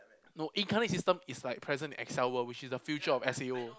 no incarnate system is like present in Excel World which is like future of S_A_O